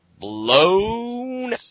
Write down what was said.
blown